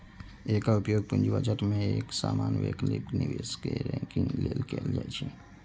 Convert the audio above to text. एकर उपयोग पूंजी बजट मे एक समान वैकल्पिक निवेश कें रैंकिंग लेल कैल जाइ छै